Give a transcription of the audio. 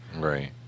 Right